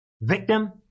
Victim